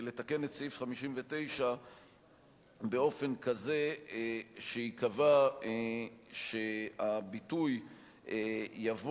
לתקן את סעיף 59 באופן כזה שייקבע שהביטוי יבוא,